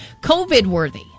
COVID-worthy